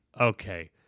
okay